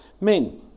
Men